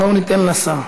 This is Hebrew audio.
בואו ניתן לשר.